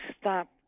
stop